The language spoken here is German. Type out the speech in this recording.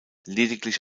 lediglich